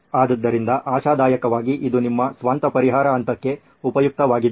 ಆದ್ದರಿಂದ ಆಶಾದಾಯಕವಾಗಿ ಇದು ನಿಮ್ಮ ಸ್ವಂತ ಪರಿಹಾರ ಹಂತಕ್ಕೆ ಉಪಯುಕ್ತವಾಗಿದೆ